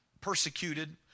persecuted